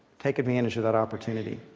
take advantage of that opportunity.